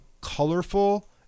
colorful